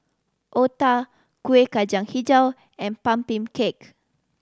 otah Kuih Kacang Hijau and pumpkin cake